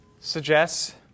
suggests